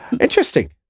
Interesting